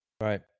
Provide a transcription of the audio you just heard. Right